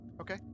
Okay